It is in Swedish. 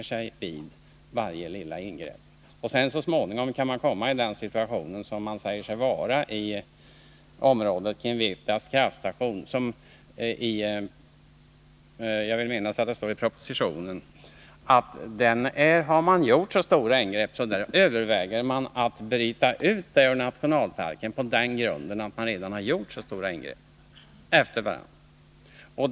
Om man undan för undan vänjer sig vid ingreppen, kan man så småningom hamna i den situation som man säger sig vara i när det gäller området kring Vietas kraftstation. Jag vill minnas att det i propositionen står att det där har gjorts så stora ingrepp att man på den grunden överväger att bryta ut området ur nationalparken.